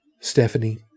Stephanie